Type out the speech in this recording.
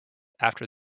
after